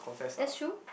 that's true